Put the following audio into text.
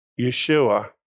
Yeshua